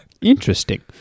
Interesting